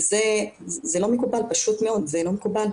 זה לא מקובל פשוט מאוד, זה לא מקובל.